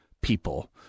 people